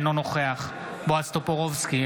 אינו נוכח בועז טופורובסקי,